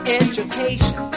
education